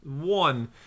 One